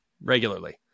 regularly